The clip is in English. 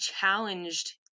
challenged